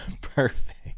perfect